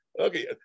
okay